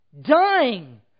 dying